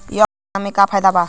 यह फसलिया में का फायदा बा?